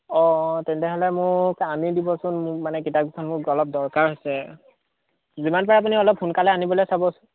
অঁ অঁ তেনেহ'লে মোক আনি দিবচোন মোক মানে কিতাপ কিখন অলপ দৰকাৰ হৈছে যিমান পাৰে আপুনি অলপ সোনকালে আনিবলৈ চাবচোন